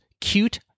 cute